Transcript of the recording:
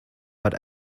but